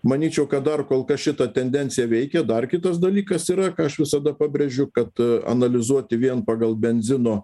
manyčiau kad dar kol kas šita tendencija veikia dar kitas dalykas yra ką aš visada pabrėžiu kad analizuoti vien pagal benzino